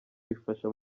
rifasha